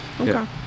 okay